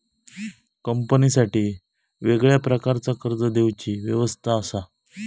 कंपनीसाठी वेगळ्या प्रकारचा कर्ज देवची व्यवस्था असा